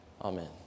Amen